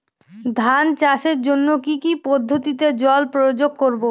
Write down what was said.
ধান চাষের জন্যে কি কী পদ্ধতিতে জল প্রয়োগ করব?